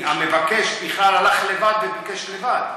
המבקש בכלל הלך לבד וביקש לבד,